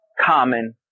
Common